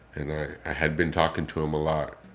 and i had been talking to him a lot.